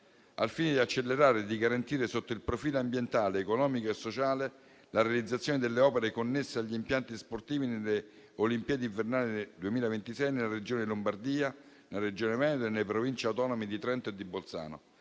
Al fine di accelerare e di garantire, sotto il profilo ambientale, economico e sociale, la realizzazione delle opere connesse agli impianti sportivi nelle Olimpiadi invernali nel 2026 nella Regione Lombardia, nella Regione Veneto, nelle Province autonome di Trento e di Bolzano